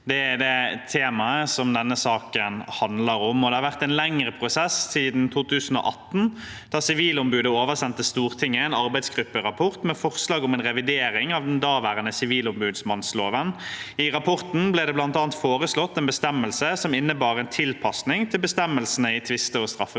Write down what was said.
Det er det temaet denne saken handler om. Det har vært en lengre prosess siden 2018, da Sivilombudet oversendte Stortinget en arbeidsgrupperapport med forslag om en revidering av den daværende sivilombudsmannsloven. I rapporten ble det bl.a. foreslått en bestemmelse som innebar en tilpasning til bestemmelsene i tvisteloven og straffeprosessloven.